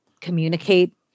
communicate